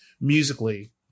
musically